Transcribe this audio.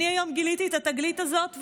היום אני גיליתי את התגלית הזאת,